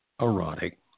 erotic